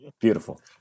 beautiful